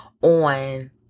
on